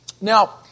Now